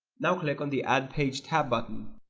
now click on the add page tab button